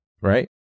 right